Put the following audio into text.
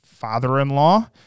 father-in-law